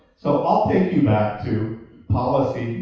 so i'll take you back to policy